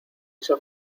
esa